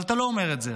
אבל אתה לא אומר את זה.